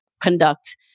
conduct